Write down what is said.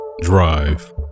Drive